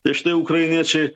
tai štai ukrainiečiai